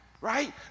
right